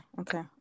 okay